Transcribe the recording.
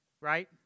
Right